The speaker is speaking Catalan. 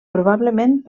probablement